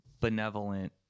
benevolent